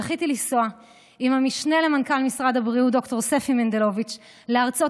זכיתי לנסוע עם המשנה למנכ"ל משרד הבריאות ד"ר ספי מנדלוביץ לארצות